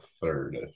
third